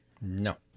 No